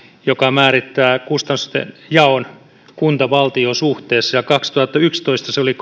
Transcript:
joka määrittää kustannustenjaon kunta valtio suhteessa ja kaksituhattayksitoista se oli